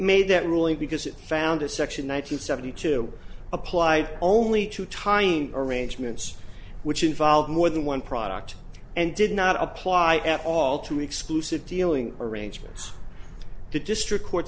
made that ruling because it found a section nine hundred seventy two applied only to tying arrangements which involve more than one product and did not apply at all to exclusive dealing arrangements to district court